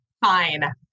Fine